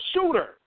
shooter